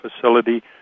facility